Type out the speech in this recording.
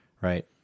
Right